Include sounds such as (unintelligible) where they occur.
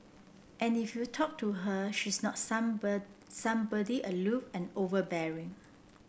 and if you talk to her she's not (unintelligible) somebody aloof and overbearing